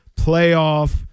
playoff